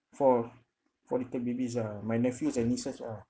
four four little babies ah my nephews and nieces ah